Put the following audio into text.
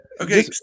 Okay